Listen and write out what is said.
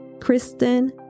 Kristen